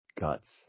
guts